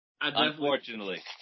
Unfortunately